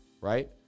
right